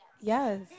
yes